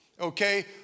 Okay